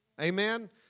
amen